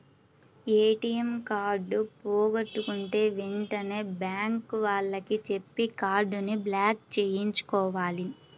ATM card పోగొట్టుకుంటే వెంటనే bank వాళ్లకి చెప్పి కార్డుని బ్లాక్ చేయించుకోవాలి